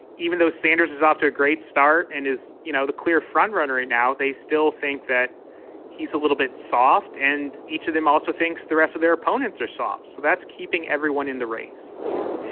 even though sanders is off to a great start and is you know the clear frontrunner right now, they still think that he's a little bit soft. and each of them also thinks the rest of their opponents are soft. so that's keeping everyone in the race yeah.